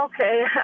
okay